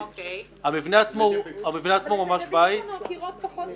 המבנה עצמו הוא ממש בית ----- הקירות פחות מעניינים,